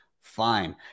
fine